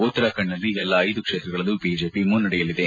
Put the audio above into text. ಉತ್ತರಾಖಂಡ್ನಲ್ಲಿ ಎಲ್ಲಾ ಐದು ಕ್ಷೇತ್ರಗಳಲ್ಲೂ ಬಿಜೆಪಿ ಮುನ್ನಡೆಯಲ್ಲಿದೆ